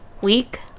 week